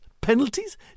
Penalties